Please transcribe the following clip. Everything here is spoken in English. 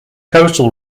coastal